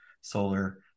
solar